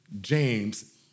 James